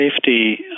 safety